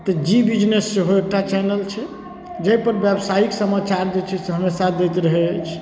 तऽ जी बिजनिस सेहो एकटा चेनल जाहि पर ब्यवसायिक समाचार जे छै से हमेशा दैत रहै अछि